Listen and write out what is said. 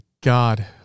God